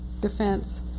defense